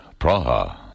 Praha